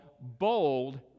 bold